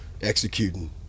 executing